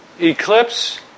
Eclipse